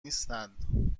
نیستند